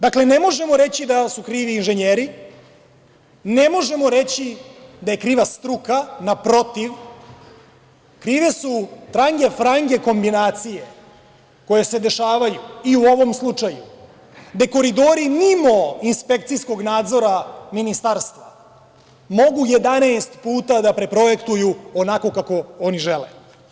Dakle, ne možemo reći da su krivi inženjeri, ne možemo reći da je kriva struka, naprotiv, krive su trange-frange kombinacije koje se dešavaju i u ovom slučaju, gde koridori mimo inspekcijskog nadzora ministarstva, mogu 11 puta da preprojektuju onako kako oni žele.